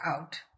out